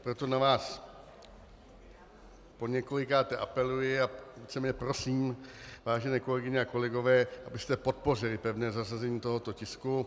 Proto na vás poněkolikáté apeluji a víceméně prosím, vážené kolegyně a kolegové, abyste podpořili pevné zařazení tohoto tisku.